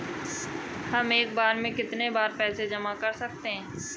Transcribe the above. हम एक बार में कितनी पैसे जमा कर सकते हैं?